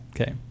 Okay